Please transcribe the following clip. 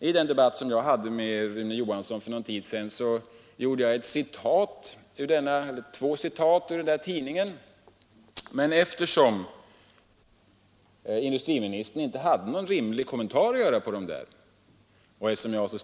I den debatt jag förde med statsrådet Johansson för någon tid sedan gjorde jag två citat ur denna tidning, men eftersom industriministern inte hade någon rimlig kommentar att göra till citaten, vill jag gärna upprepa dem.